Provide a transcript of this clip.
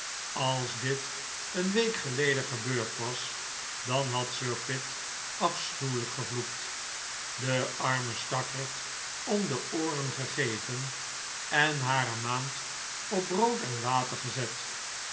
als dit een week geleden gebeurd was dan had sir pitt afschuwelijk gevloekt de arme stakkerd om de ooren gegeven en haar een maand op brood en water gezet